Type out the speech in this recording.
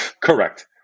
Correct